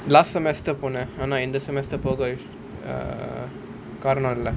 last semester போன ஆனா இந்த:pona aanaa intha semester போக:poga err காரணம் இல்ல:kaaranam illa online